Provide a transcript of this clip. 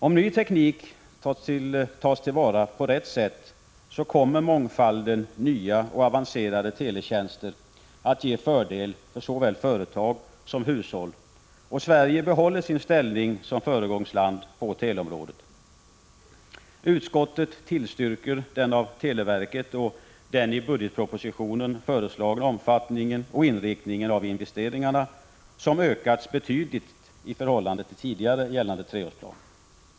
Om ny teknik tas till vara på rätt sätt, kommer mångfalden nya och avancerade teletjänster att ge fördel för såväl företag som hushåll, och Sverige behåller sin ställning som föregångsland på teleområdet. Utskottet tillstyrker den av televerket och i budgetpropositionen föreslagna omfattningen och inriktningen av investeringarna, som ökats betydligt i förhållande till tidigare gällande treårsplan.